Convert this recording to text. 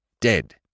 dead